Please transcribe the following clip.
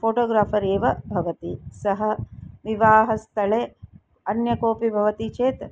photographer एव भवति सः विवाहस्थले अन्यः कोऽपि भवति चेत्